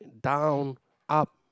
down up